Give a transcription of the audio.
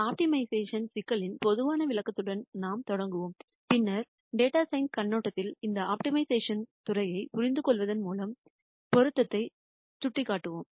optimisation சிக்கல்களின் பொதுவான விளக்கத்துடன் நாம் தொடங்குவோம் பின்னர் டேட்டா சயின்ஸ் கண்ணோட்டத்தில் இந்த ஆப்டிமைசேஷன் துறையைப் புரிந்துகொள்வதன் பொருத்தத்தை சுட்டிக்காட்டுவோம்